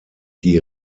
die